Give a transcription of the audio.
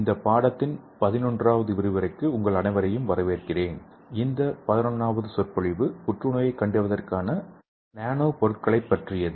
இந்த 11 வது சொற்பொழிவு புற்றுநோயைக் கண்டறிவதற்கான நானோ பொருள்களைப் பற்றியது